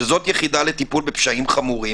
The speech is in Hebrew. שזאת יחידה לטיפול בפשעים חמורים,